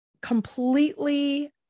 completely